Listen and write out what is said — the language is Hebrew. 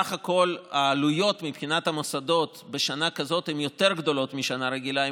סך הכול העלויות מבחינת המוסדות בשנה כזאת הן יותר גדולות מבשנה רגילה,